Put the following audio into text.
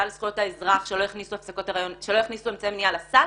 לזכויות האזרח שלא הכניסו אמצעי מניעה לסל